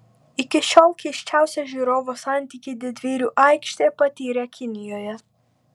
iki šiol keisčiausią žiūrovo santykį didvyrių aikštė patyrė kinijoje